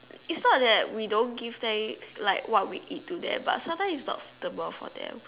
it's not that we don't give they like what we eat to them but sometimes it's not suitable for them